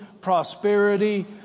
prosperity